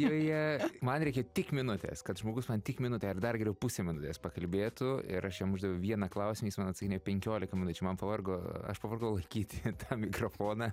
ir jie man reikia tik minutės kad žmogus man tik minutę ar dar geriau pusę minutės pakalbėtų ir aš jam uždaviau vieną klausimą jis man atsakinėjo penkiolika minučių man pavargo aš pavargau laikyti mikrofoną